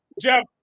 Jeff